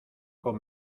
con